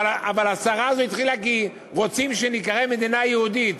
אבל הסערה הזאת התחילה כי רוצים שניקרא מדינה יהודית.